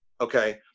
okay